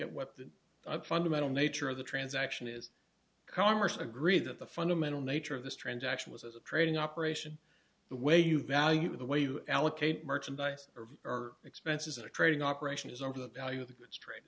at what the fundamental nature of the transaction is congress agreed that the fundamental nature of this transaction was as a trading operation the way you value the way you allocate merchandise or our expenses or trading operation is over the palio of the